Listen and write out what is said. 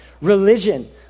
Religion